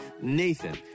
Nathan